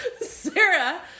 Sarah